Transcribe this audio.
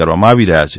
કરવામાં આવી રહ્યા છે